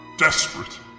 Desperate